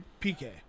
PK